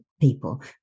People